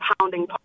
pounding